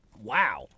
Wow